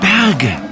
Berge